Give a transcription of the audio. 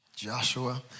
Joshua